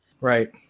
Right